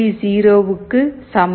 0 க்கு சமம்